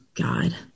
god